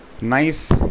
nice